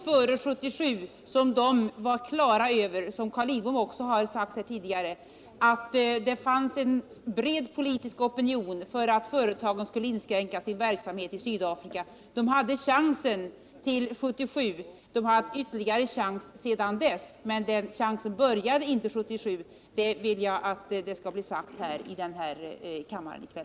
De var, som också Carl Lidbom sagt här tidigare, långt före 1977 på det klara med att det fanns en bred politisk opinion för att företagen skulle inskränka sin verksamhet i Sydafrika. De hade chansen till 1977, och de har haft ytterligare chanser sedan dess. Men deras chanser började alltså inte 1977 — det vill jag ha sagt i kammaren här i kväll.